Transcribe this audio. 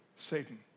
Satan